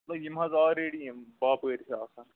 مطلب یم حظ آلریڈی یم باپٲرۍ چھِ آسان